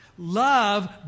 Love